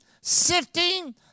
sifting